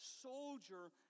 soldier